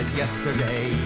yesterday